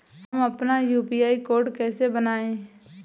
हम अपना UPI code कैसे बनाएँ?